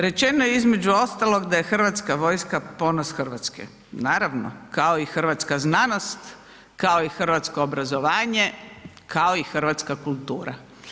Rečeno je između ostalog da je Hrvatska vojska ponos Hrvatske, naravno, kao i hrvatska znanost, kao i hrvatsko obrazovanje, kao i hrvatska kultura.